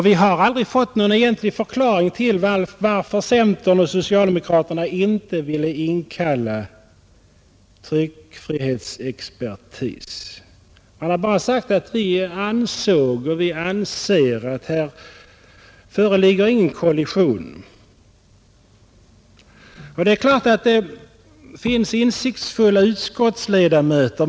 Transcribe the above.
Vi har aldrig fått någon egentlig förklaring till att centern och socialdemokraterna inte velat inkalla tryckfrihetsexpertis. Man har bara sagt: Vi anser att här uppstår ingen kollision. Det är klart att det finns insiktsfulla utskottsledamöter.